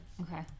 okay